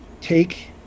take